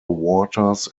waters